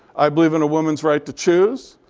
i believe in a woman's right to choose.